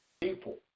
people